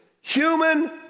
human